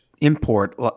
import